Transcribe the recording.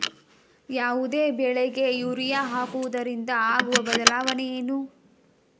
ಯಾವುದೇ ಬೆಳೆಗೆ ಯೂರಿಯಾ ಹಾಕುವುದರಿಂದ ಆಗುವ ಬದಲಾವಣೆ ಏನು?